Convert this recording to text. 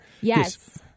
Yes